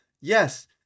yes